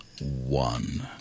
one